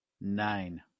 nine